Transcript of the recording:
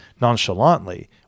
nonchalantly